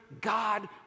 God